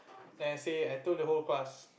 then I say I told the whole class